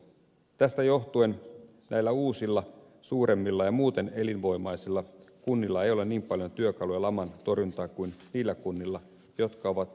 tästä johtuen näillä uusilla suuremmilla ja muuten elinvoimaisilla kunnilla ei ole niin paljon työkaluja laman torjuntaan kuin niillä kunnilla jotka ovat päätöksiään lykänneet